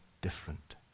different